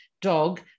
dog